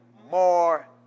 more